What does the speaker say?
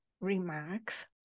remarks